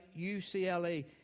UCLA